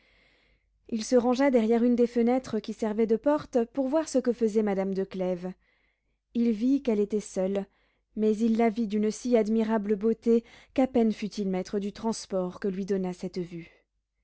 il se rangea derrière une des fenêtres qui servait de porte pour voir ce que faisait madame de clèves il vit qu'elle était seule mais il la vit d'une si admirable beauté qu'à peine fut-il maître du transport que lui donna cette vue